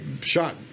shot